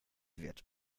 wird